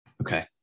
Okay